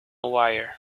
wire